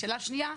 שאלה שנייה,